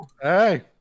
Hey